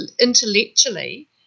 intellectually